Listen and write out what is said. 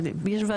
יש ועדות אחרות.